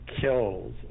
kills